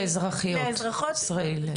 לאזרחיות ישראל.